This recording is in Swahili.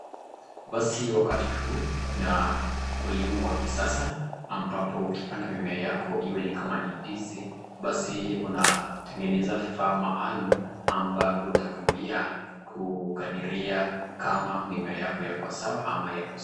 Basi wakati huu kuna ukulima wa kisasa ambapo ukipanda mimea yako iwe ni kama ni ndizi, basi unatengeneza vifaa maalum ambavyo utatumua kukadiria kama mimea yako yako sawa ama yako